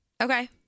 Okay